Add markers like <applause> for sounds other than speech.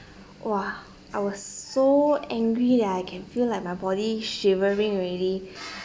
!wah! I was so angry that I can feel like my body shivering already <breath>